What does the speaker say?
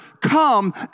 come